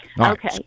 Okay